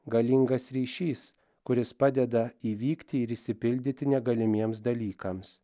galingas ryšys kuris padeda įvykti ir išsipildyti negalimiems dalykams